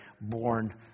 born